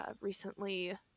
recently